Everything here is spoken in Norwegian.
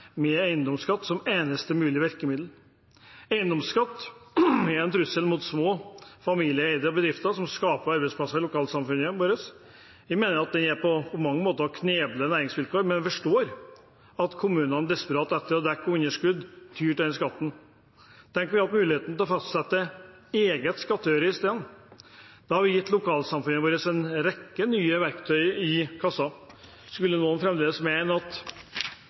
med eiendomsskatt som eneste mulige virkemiddel. Eiendomsskatt er en trussel mot små familieeide bedrifter, som skaper arbeidsplasser i lokalsamfunnene våre. Vi mener at den er med på å kneble næringsvilkår, men jeg forstår at kommuner – desperate etter å dekke underskudd – tyr til denne skatten. Tenk om de hadde hatt muligheten til å fastsette egen skattøre i stedet. Det hadde gitt lokalsamfunnene våre en rekke nye verktøy i kassa. Skulle noen fremdeles mene at